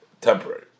temporary